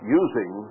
using